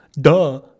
duh